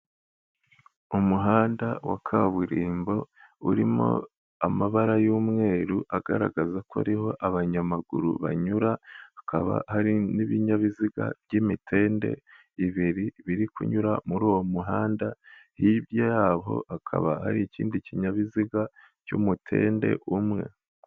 Umuhanda wa kaburimbo urimo amabara y'umweru agaragaza ko ariho abanyamaguru banyura, hakaba hari n'ibinyabiziga by'imitende ibiri biri kunyura muri uwo muhanda, hirya yaho hakaba hari ikindi kinyabiziga cy'umutende umwe.